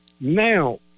Now